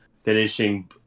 finishing